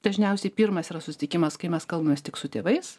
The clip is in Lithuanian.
dažniausiai pirmas yra susitikimas kai mes kalbamės tik su tėvais